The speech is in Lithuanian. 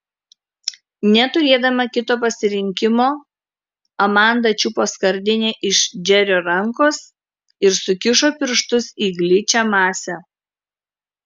neturėdama kito pasirinkimo amanda čiupo skardinę iš džerio rankos ir sukišo pirštus į gličią masę